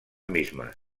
mismas